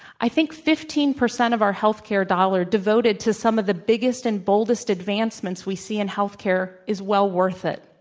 i think fifteen percent of our health care dollar devoted to some of the biggest and boldest advancements we see in health care is well-worth it.